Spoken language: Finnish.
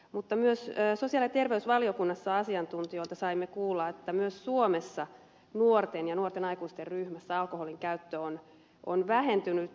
mutta myös sosiaali ja terveysvaliokunnassa asiantuntijoilta saimme kuulla että myös suomessa nuorten ja nuorten aikuisten ryhmässä alkoholin käyttö on vähentynyt